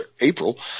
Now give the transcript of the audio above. April